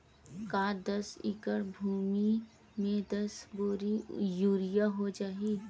का दस एकड़ भुमि में दस बोरी यूरिया हो जाही?